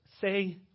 say